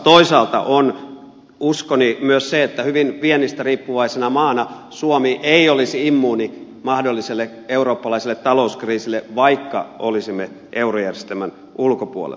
toisaalta on uskoni myös se että hyvin viennistä riippuvaisena maana suomi ei olisi immuuni mahdolliselle eurooppalaiselle talouskriisille vaikka olisimme eurojärjestelmän ulkopuolella